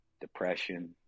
depression